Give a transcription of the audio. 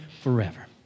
forever